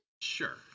Sure